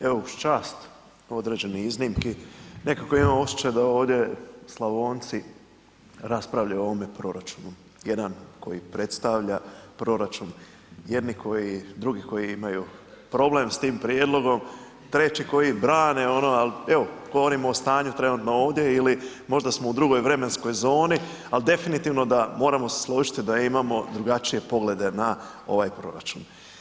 Evo uz čast, određenih iznimki, nekako imam osjećaj da ovdje Slavonci raspravljaju o ovome proračunu, jedan koji predstavlja proračun, jedni koji, drugi koji problem s tim prijedlogom, teći koji brane ono, al evo govorimo o stanju trenutno ovdje ili možda smo u drugoj vremenskoj zoni, ali definitivno da moramo se složiti da imamo drugačije poglede na ovaj proračun.